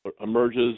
emerges